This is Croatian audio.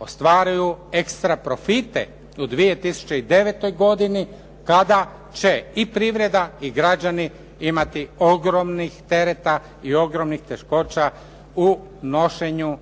ostvaruju ekstra profite u 2009. godini kada će i privreda i građani imati ogromnih tereta i ogromnih teškoća u nošenju